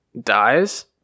dies